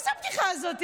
מה זו הבדיחה הזאת?